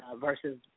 versus